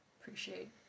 appreciate